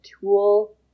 tool